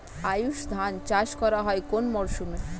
আউশ ধান চাষ করা হয় কোন মরশুমে?